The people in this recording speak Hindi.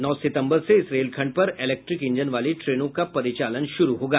नौ सितम्बर से इस रेलखंड पर इलेक्ट्रिक इंजन वाली ट्रेनों का परिचालन शुरू होगा